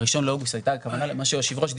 ה-1 באוגוסט הייתה הכוונה למה שהיושב ראש דיבר,